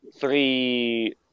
three